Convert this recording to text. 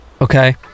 Okay